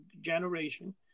generation